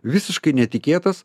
visiškai netikėtas